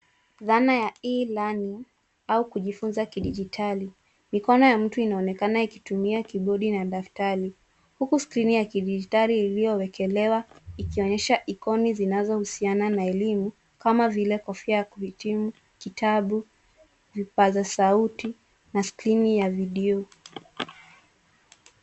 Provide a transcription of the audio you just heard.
Dhana ya [E-Learning] au kujifunza kidijitali mikono ya mtu inaonekana ikitumia kibodi na daftari huku skrini ya kidijitali iliyowekelewa ikionyesha ikoni zinazohusiana na elimu kama vile kofia ya kuhitimu, kitabu, vipaza sauti na skrini ya video.